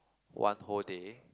one whole day